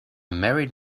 married